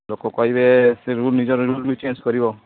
ଲୋକ କହିବେ ସେରୁ ନିଜର ରୁଲ୍ ବି ଚେଞ୍ଜ୍ କରିବ